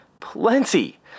plenty